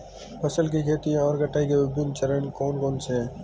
फसल की खेती और कटाई के विभिन्न चरण कौन कौनसे हैं?